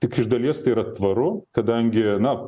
tik iš dalies tai yra tvaru kadangi na